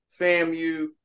FAMU